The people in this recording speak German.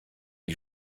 die